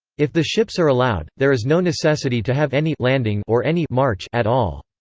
if the ships are allowed, there is no necessity to have any landing or any march at all.